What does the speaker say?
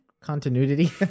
Continuity